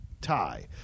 tie